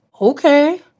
Okay